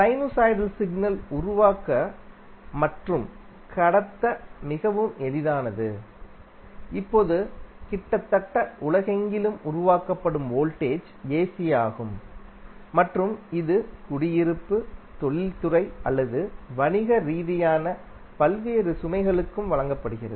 sinusoidal signal உருவாக்க மற்றும் கடத்த மிகவும் எளிதானது இப்போது கிட்டத்தட்ட உலகெங்கிலும் உருவாக்கப்படும் வோல்டேஜ் ஏசி ஆகும் மற்றும் இது குடியிருப்பு தொழில்துறை அல்லது வணிக ரீதியான பல்வேறு சுமைகளுக்கும் வழங்கப்படுகிறது